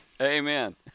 Amen